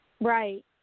Right